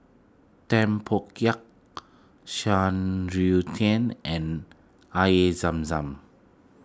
Tempoyak Shan Rui Tang and Air Zam Zam